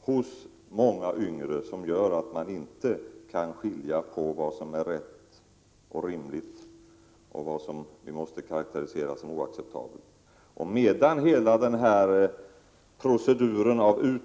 hos många unga som gör att de inte kan skilja på vad som är rätt och rimligt rm / och vad som måste karakteriseras som oacceptabelt. Jag säger återigen att frågan icke är ny.